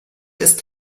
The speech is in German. ist